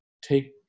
take